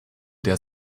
der